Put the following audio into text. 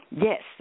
Yes